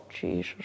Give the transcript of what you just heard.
Jesus